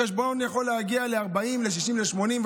החשבון יכול להגיע ל-40, ל-60 ול-80.